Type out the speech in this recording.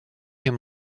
him